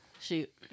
Shoot